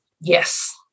Yes